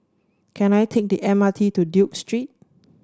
can I take the M R T to Duke Street